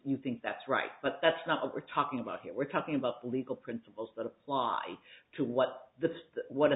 you think that's right but that's not what we're talking about here we're talking about the legal principles that apply to what the what